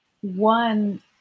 one